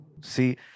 See